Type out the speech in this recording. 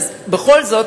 בכל זאת,